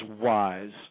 wise